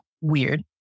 weird